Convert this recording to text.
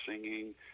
singing